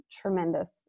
tremendous